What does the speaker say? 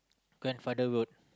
grandfather road